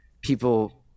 people